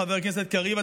חבר הכנסת קריב,